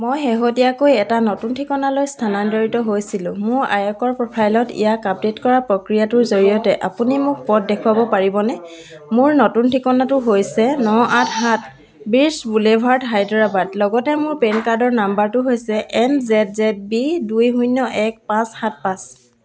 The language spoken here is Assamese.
মই শেহতীয়াকৈ এটা নতুন ঠিকনালৈ স্থানান্তৰিত হৈছিলোঁ মোৰ আয়কৰ প্ৰফাইলত ইয়াক আপডেট কৰাৰ প্ৰক্ৰিয়াটোৰ জৰিয়তে আপুনি মোক পথ দেখুৱাব পাৰিবনে মোৰ নতুন ঠিকনাটো হৈছে ন আঠ সাত বিচ বুলেভাৰ্ড হায়দৰাবাদ লগতে মোৰ পেন কাৰ্ডৰ নাম্বাৰটো এম জেদ জেদ বি দুই শূন্য এক পাঁচ সাত পাঁচ